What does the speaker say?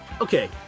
Okay